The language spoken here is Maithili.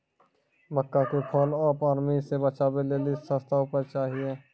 मक्का के फॉल ऑफ आर्मी से बचाबै लेली सस्ता उपाय चाहिए?